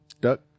Duck